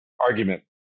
argument